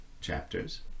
chapters